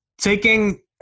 taking